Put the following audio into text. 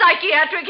psychiatric